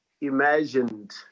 imagined